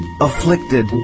afflicted